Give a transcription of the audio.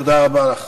תודה רבה לך.